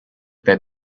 that